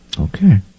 Okay